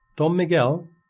don miguel,